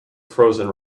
frozen